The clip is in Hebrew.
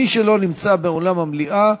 מי שלא נמצא באולם המליאה,